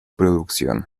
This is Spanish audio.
producción